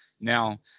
now